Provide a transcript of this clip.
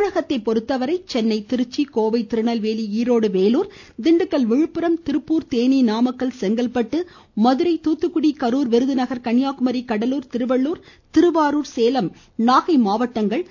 தமிழகத்தை பொறுத்தவரை சென்னை திருச்சி கோயம்புத்தூர் திருநெல்வேலி ஈரோடு வேலூர் திண்டுக்கல் விழுப்புரம் திருப்பூர் தேனி நாமக்கல் செங்கல்பட்டு மதுரை தூத்துகுடி கரூர் விருதுநகர் கன்னியாகுமரி கடலூர் திருவள்ளுர் திருவாரூர் சேலம் நாகப்பட்டிணம் மாவட்டங்கள்